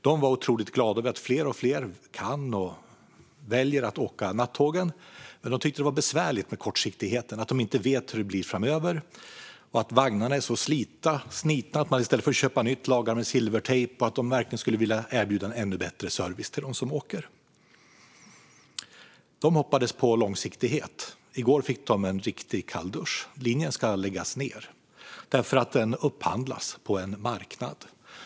De var otroligt glada över att fler och fler väljer att åka nattåg, men de tyckte att det var besvärligt med kortsiktigheten, att de inte vet hur det blir framöver och att vagnarna är så slitna att man lagar med silvertejp i stället för att köpa nytt. De skulle verkligen vilja erbjuda en ännu bättre service till dem som åker. De hoppades på långsiktighet. I går fick de en riktig kalldusch: Linjen ska läggas ned, för den upphandlas på en marknad.